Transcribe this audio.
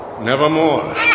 Nevermore